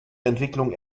entwicklungen